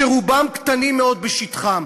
שרובם קטנים מאוד בשטחם.